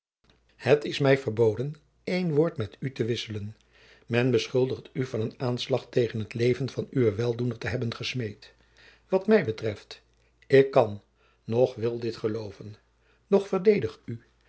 het is mij verboden een woord met u te wisselen men beschuldigt u van een aanslag tegen het leven van uwen weldoener te hebben gesmeed wat mij betreft ik kan noch wil dit geloven doch verdedig u